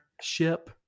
ship